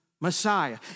Messiah